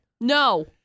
No